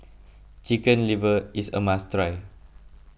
Chicken Liver is a must try